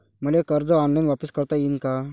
मले कर्ज ऑनलाईन वापिस करता येईन का?